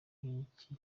nk’iki